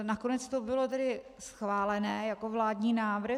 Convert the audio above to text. Nakonec to bylo tedy schválené jako vládní návrh.